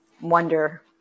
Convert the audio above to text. wonder